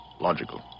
Logical